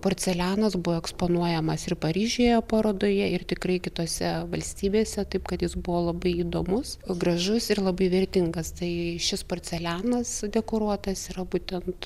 porcelianas buvo eksponuojamas ir paryžiuje parodoje ir tikrai kitose valstybėse taip kad jis buvo labai įdomus gražus ir labai vertingas tai šis porcelianas dekoruotas yra būtent